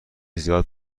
زیاد